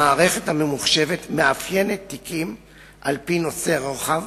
המערכת הממוחשבת מאפיינת תיקים על-פי נושאי רוחב.